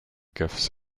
gifts